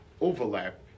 overlap